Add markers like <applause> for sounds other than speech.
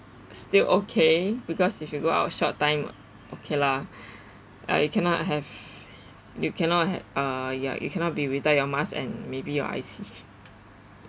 still okay because if you go out short time okay lah <breath> ah you cannot have <breath> you cannot ha~ ah ya you cannot be without your mask and maybe your I_C <laughs>